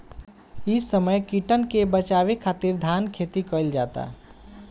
इ समय कीटन के बाचावे खातिर धान खेती कईल जाता